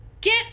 Get